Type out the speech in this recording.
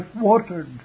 watered